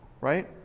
right